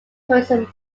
tourism